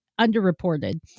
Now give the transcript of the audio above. underreported